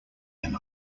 him